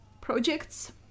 projects